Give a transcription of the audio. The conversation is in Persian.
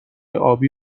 ابی